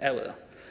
euro.